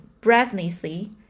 breathlessly